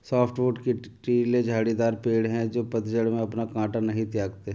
softwood कँटीले झाड़ीदार पेड़ हैं जो पतझड़ में अपना काँटा नहीं त्यागते